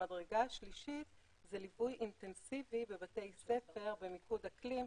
המדרגה השלישית זה ליווי אינטנסיבי בבתי ספר במיקוד אקלים,